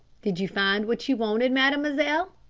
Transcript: did you find what you wanted, mademoiselle?